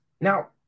Now